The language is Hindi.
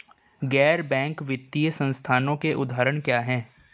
गैर बैंक वित्तीय संस्थानों के उदाहरण क्या हैं?